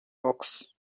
box